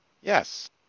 Yes